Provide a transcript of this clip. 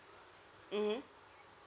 mmhmm